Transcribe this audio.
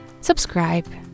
subscribe